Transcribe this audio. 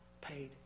paid